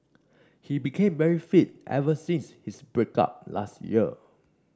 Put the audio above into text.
he became very fit ever since his break up last year